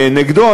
נגדו.